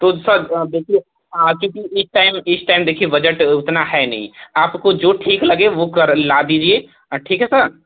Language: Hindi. तो सर देखिए आ कर भी एक टाइम इस टाइम देखिए बजट उतना है नहीं आपको जो ठीक लगे वो कर ला दीजिए ठीक है सर